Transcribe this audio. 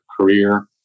career